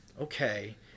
Okay